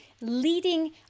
leading